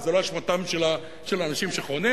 אבל זו לא אשמתם של האנשים שחונים,